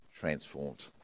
transformed